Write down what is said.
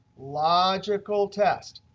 logical test,